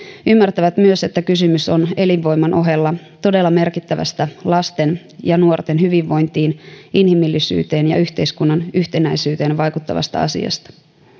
ymmärtävät myös että kysymys on elinvoiman ohella todella merkittävästä lasten ja nuorten hyvinvointiin inhimillisyyteen ja yhteiskunnan yhtenäisyyteen vaikuttavasta asiasta